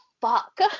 fuck